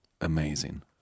amazing